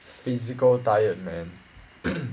physical tired man